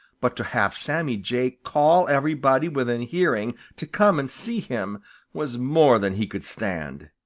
but to have sammy jay call everybody within hearing to come and see him was more than he could stand.